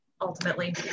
ultimately